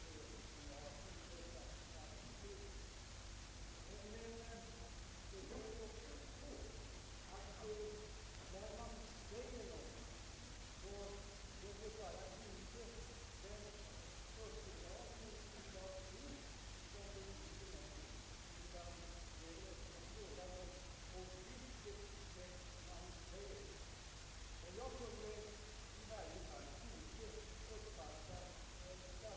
Herr talman!